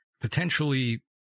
potentially